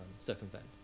circumvent